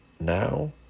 Now